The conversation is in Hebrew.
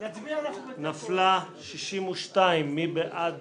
הצבעה בעד